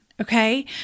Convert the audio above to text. Okay